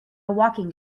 walking